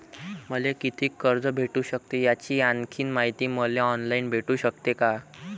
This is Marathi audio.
मले कितीक कर्ज भेटू सकते, याची आणखीन मायती मले ऑनलाईन भेटू सकते का?